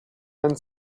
einen